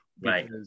Right